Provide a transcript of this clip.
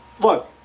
look